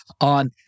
on